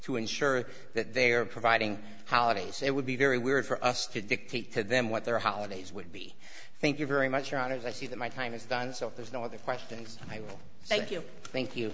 to ensure that they are providing holidays it would be very weird for us to dictate to them what their holidays would be thank you very much your honor as i see that my time is done so there's no other questions thank you thank you